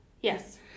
Yes